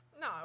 No